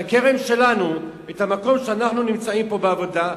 ובכרם שלנו, המקום שאנחנו נמצאים בו בעבודה,